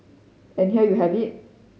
and here you have it